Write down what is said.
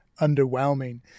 underwhelming